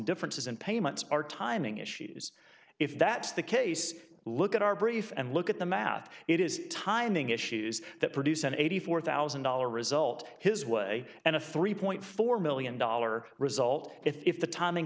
differences in payments are timing issues if that's the case look at our brief and look at the math it is timing issues that produce an eighty four thousand dollar result his way and a three point four million dollar result if the timing